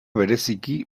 bereziki